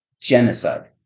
genocide